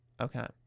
Okay